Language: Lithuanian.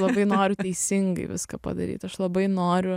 labai noriu teisingai viską padaryt aš labai noriu